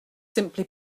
simply